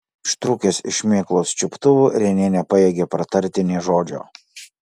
ištrūkęs iš šmėklos čiuptuvų renė nepajėgė pratarti nė žodžio